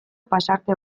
pasarte